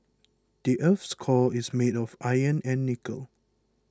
the earth's core is made of iron and nickel